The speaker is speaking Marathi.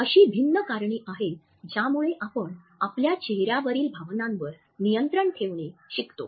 अशी भिन्न कारणे आहेत ज्यामुळे आपण आपल्या चेहऱ्यावरील भावनांवर नियंत्रण ठेवणे शिकतो